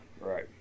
Right